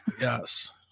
Yes